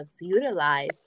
utilize